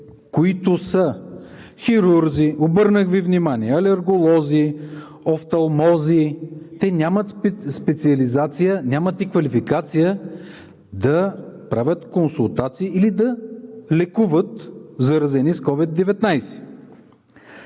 които са хирурзи, обърнах Ви внимание, алерголози, офталмози, те нямат специализация, нямат и квалификация да правят консултации или да лекуват заразени с COVID-19.